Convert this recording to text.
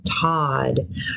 Todd